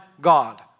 God